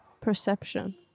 perception